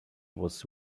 was